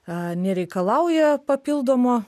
a nereikalauja papildomo